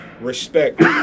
respect